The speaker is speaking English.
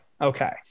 okay